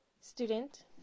student